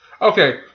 Okay